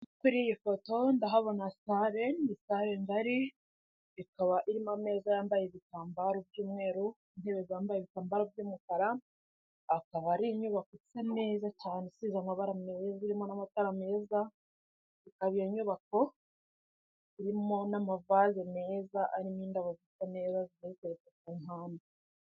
Kuri iyi foto ndahabona sare, ni sare ngari ikaba irimo ameza yambaye ibitambaro by'umweru intebe zambaye ibitambaro by'umukara akaba ari inyubako isa neza cyane isize amabara meza irimo n'amatara meza ikaba iyo nyubako irimo n'amavaze meza arimo indabo zisa neza zigiye ziteretse ku mpande.